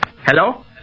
Hello